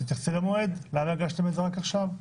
למה הגשתם את זה רק עכשיו?